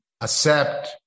accept